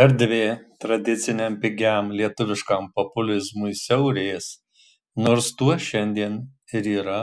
erdvė tradiciniam pigiam lietuviškam populizmui siaurės nors tuo šiandien ir yra